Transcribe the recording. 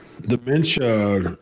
Dementia